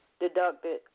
deducted